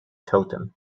totem